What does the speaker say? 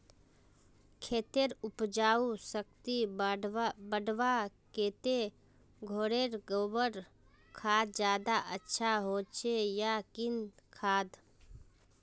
खेतेर उपजाऊ शक्ति बढ़वार केते घोरेर गबर खाद ज्यादा अच्छा होचे या किना खाद?